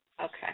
Okay